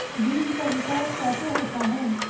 बीज का विकास कैसे होता है?